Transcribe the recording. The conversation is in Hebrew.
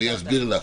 אני אסביר לך.